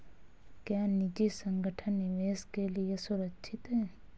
क्या निजी संगठन निवेश के लिए सुरक्षित हैं?